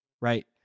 right